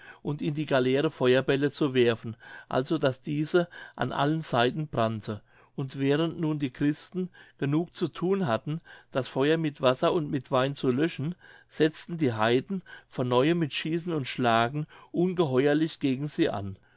und in die galeere feuerbälle zu werfen also daß diese an allen seiten brannte und während nun die christen genug zu thun hatten das feuer mit wasser und mit wein zu löschen setzten die heiden von neuem mit schießen und schlagen ungeheuerlich gegen sie an